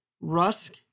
Rusk